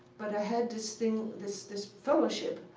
but i had this thing, this this fellowship.